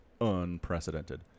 unprecedented